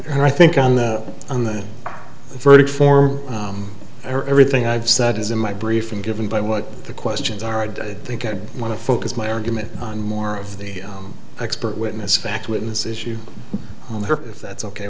and i think on the on the verdict form or everything i've said is in my briefing given by what the questions are i'd think i'd want to focus my argument on more of the expert witness fact witness issue if that's ok